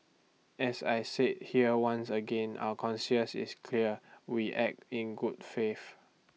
as I said here once again our concierge is clear we act in good faith